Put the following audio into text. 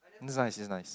it's nice it's nice